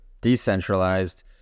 decentralized